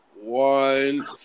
one